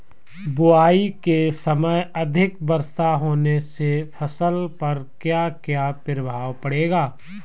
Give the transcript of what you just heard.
बुआई के समय अधिक वर्षा होने से फसल पर क्या क्या प्रभाव पड़ेगा?